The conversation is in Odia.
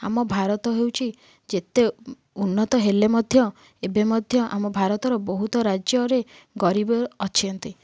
ଆମ ଭାରତ ହେଉଛି ଯେତେ ଉନ୍ନତ ହେଲେ ମଧ୍ୟ ଏବେ ମଧ୍ୟ ଆମ ଭାରତର ବହୁତ ରାଜ୍ୟରେ ଗରିବ ଅଛନ୍ତି